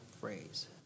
phrase